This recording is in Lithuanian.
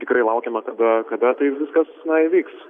tikrai laukiame kada kada tai viskas įvyks